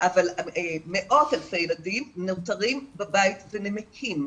אבל מאות אלפי ילדים נותרים בבית ונמקים.